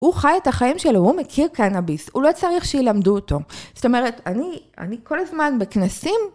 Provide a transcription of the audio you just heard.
הוא חי את החיים שלו, הוא מכיר קנאביס, הוא לא צריך שילמדו אותו. זאת אומרת, אני, אני כל הזמן בכנסים...